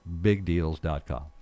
BigDeals.com